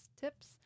tips